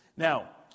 Now